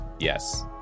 Yes